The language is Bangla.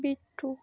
বিট্টূ